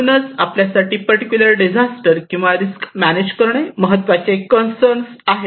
म्हणूनच आपल्यासाठी particular disaster किंवा रिस्क मॅनेज करणे महत्त्वाचे कॉन्सर्न आहे